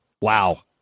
Wow